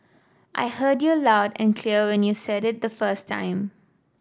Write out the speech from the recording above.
I heard you loud and clear when you said it the first time